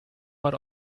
but